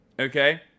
Okay